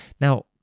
Now